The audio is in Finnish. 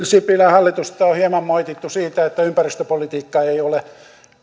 sipilän hallitusta on hieman moitittu siitä että ympäristöpolitiikkaa ei ole